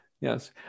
Yes